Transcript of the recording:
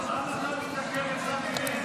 למה אתה מסתכל לצד ימין?